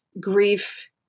grief